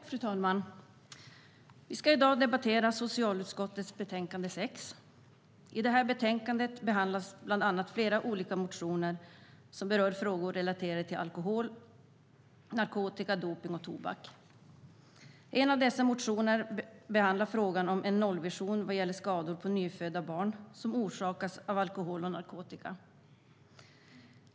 Fru talman! Vi debatterar i dag socialutskottets betänkande nr 6. I betänkandet behandlas bland annat flera olika motioner som berör frågor relaterade till alkohol, narkotika, dopning och tobak. En av dessa motioner behandlar frågan om en nollvision vad gäller skador på nyfödda barn som orsakas av alkohol och narkotika.